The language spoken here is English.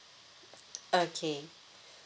okay